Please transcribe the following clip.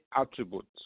attributes